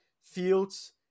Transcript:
fields